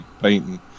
painting